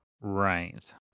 Right